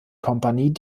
kompanie